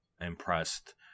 impressed